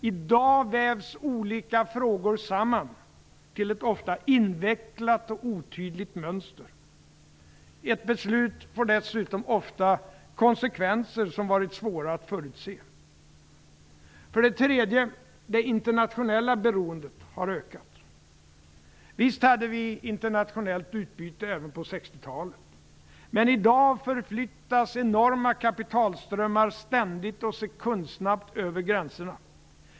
I dag vävs olika frågor samman till ett ofta invecklat och otydligt mönster. Ett beslut får dessutom ofta konsekvenser som varit svåra att förutse. För det tredje har det internationella beroendet ökat. Visst hade vi internationellt utbyte även på 1960-talet. Men i dag förflyttas enorma kapitalströmmar ständigt och sekundsnabbt över gränserna.